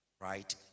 Right